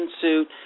suit